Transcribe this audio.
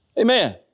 Amen